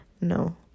no